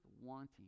wanting